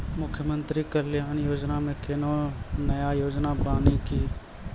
मुख्यमंत्री कल्याण योजना मे कोनो नया योजना बानी की?